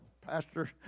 pastor